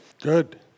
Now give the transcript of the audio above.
Good